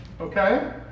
Okay